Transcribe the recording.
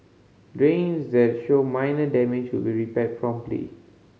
drains that show minor damage will repaired promptly